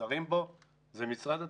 נעזרים בו זה משרד התחבורה.